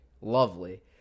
Lovely